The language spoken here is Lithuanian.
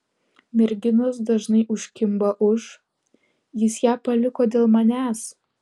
merginos dažnai užkimba už jis ją paliko dėl manęs